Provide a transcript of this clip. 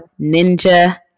Ninja